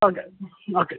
okay okay